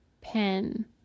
pen